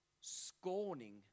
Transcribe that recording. scorning